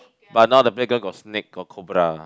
but now the playground got snake got cobra